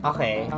Okay